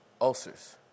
ulcers